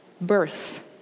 birth